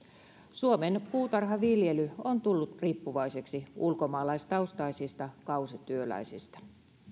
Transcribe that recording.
suomen puutarhaviljely on tullut riippuvaiseksi ulkomaalaistaustaisista kausityöläisistä